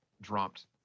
dropped